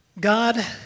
God